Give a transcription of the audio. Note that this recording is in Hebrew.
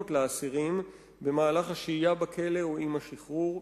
לאסירים במהלך השהייה בכלא או עם השחרור.